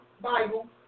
Bible